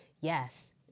yes